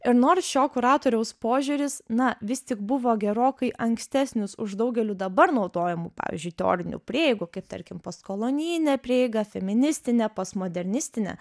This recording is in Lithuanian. ir nors šio kuratoriaus požiūris na vis tik buvo gerokai ankstesnis už daugelių dabar naudojamų pavyzdžiui teorinių prieigų kaip tarkim postkolonijinė prieiga feministinė postmodernistinė